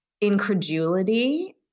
incredulity